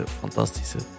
fantastische